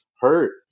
hurt